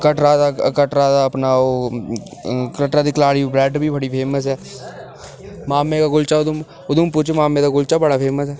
कटरा दा कटरा दा अपना ओह् कटरा दी कलाड़ी ब्रैड बी बड़ी फेमस ऐ मामे दा कुल्चा उधमपुर च मामे दा कुल्चा बड़ा फेमस ऐ